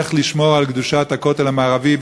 איך לשמור על קדושת הכותל המערבי,